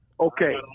Okay